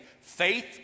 faith